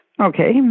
Okay